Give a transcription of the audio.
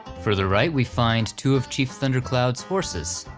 further right we find two of chief thundercloud's horses.